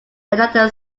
another